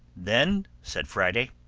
then, said friday,